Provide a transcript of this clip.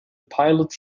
pilots